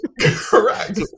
correct